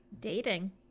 Dating